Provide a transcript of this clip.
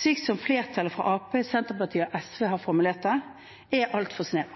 slik flertallet fra Arbeiderpartiet, Senterpartiet og SV har formulert